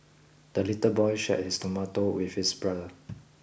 the little boy shared his tomato with his brother